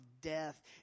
death